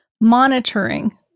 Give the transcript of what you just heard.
monitoring